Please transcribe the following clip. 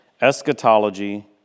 eschatology